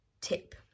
tip